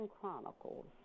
Chronicles